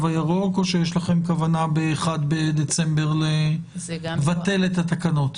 הירוק או שיש לכם כוונה ב-1 בדצמבר לבטל את התקנות?